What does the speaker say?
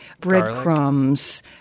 breadcrumbs